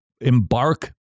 embark